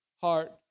heart